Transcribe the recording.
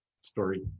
story